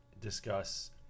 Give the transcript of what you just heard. discuss